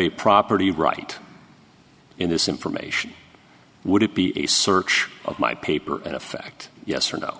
a property right in this information would it be a search of my paper in effect yes or no